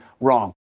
wrong